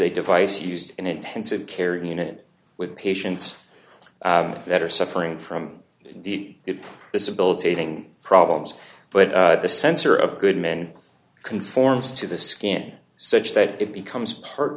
a device used in intensive care unit with patients that are suffering from the disability thing problems but the sensor of the men conforms to the skin such that it becomes part